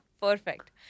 Perfect